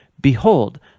Behold